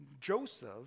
Joseph